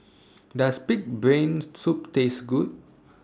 Does Pig'S Brain Soup Taste Good